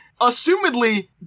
assumedly